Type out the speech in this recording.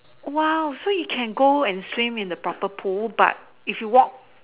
!wow! so you can go and swim in a proper pool but if you walk